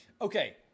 Okay